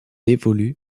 évolue